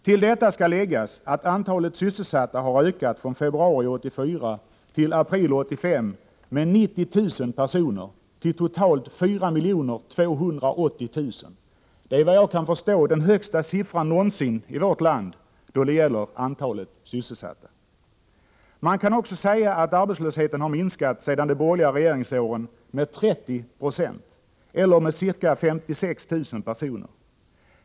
Till detta skall läggas att antalet sysselsatta har ökat från februari 1984-april 1985 med 90 000 till totalt 4 280 000. Detta är vad jag kan förstå den högsta siffran någonsin då det gäller antalet sysselsatta i vårt land. Man kan också säga att arbetslösheten har minskat sedan de borgerliga regeringsåren med 30 96, eller med i runt tal 56 000 personer.